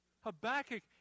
Habakkuk